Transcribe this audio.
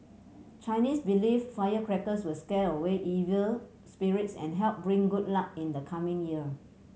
Chinese believe firecrackers will scare away evil spirits and help bring good luck in the coming year